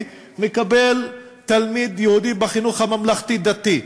מקבל תלמיד יהודי בחינוך הממלכתי-דתי,